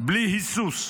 בלי היסוס,